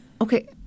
Okay